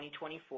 2024